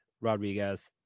rodriguez